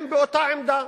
הם באותה עמדה.